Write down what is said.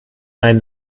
ein